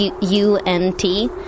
U-N-T